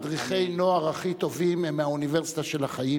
מדריכי הנוער הכי טובים הם מהאוניברסיטה של החיים,